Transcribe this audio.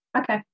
Okay